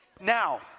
Now